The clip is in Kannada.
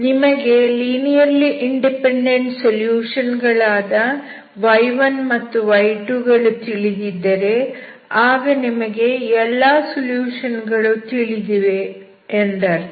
ನಿಮಗೆ ಲೀನಿಯರ್ಲಿ ಇಂಡಿಪೆಂಡೆಂಟ್ ಸೊಲ್ಯೂಷನ್ ಗಳಾದ y1 ಮತ್ತು y2 ಗಳು ತಿಳಿದಿದ್ದರೆ ಆಗ ನಿಮಗೆ ಎಲ್ಲಾ ಸೊಲ್ಯೂಷನ್ ಗಳು ತಿಳಿದಿದೆ ಎಂದರ್ಥ